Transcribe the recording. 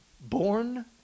born